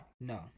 No